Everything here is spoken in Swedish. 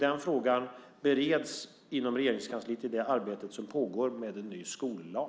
Denna fråga bereds inom Regeringskansliet i det arbete som pågår med en ny skollag.